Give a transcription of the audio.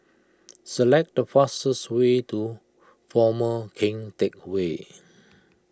select the fastest way to former Keng Teck Whay